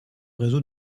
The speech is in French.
réseau